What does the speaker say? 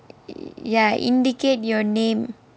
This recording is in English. ya indicate your name